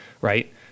right